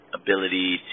ability